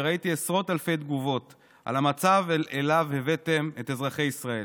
וראיתי עשרות אלפי תגובות על המצב שאליו הבאתם את אזרחי ישראל.